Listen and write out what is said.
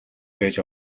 байж